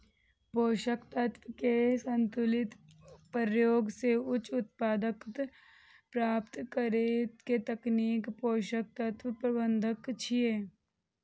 पोषक तत्व के संतुलित प्रयोग सं उच्च उत्पादकता प्राप्त करै के तकनीक पोषक तत्व प्रबंधन छियै